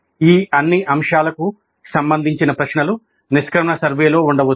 ఈ అన్ని అంశాలకు సంబంధించిన నిష్క్రమణ సర్వే ప్రశ్నలలో మనం ఉండవచ్చు